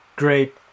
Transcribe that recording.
Great